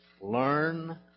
learn